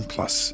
Plus